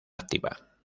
activa